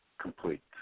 complete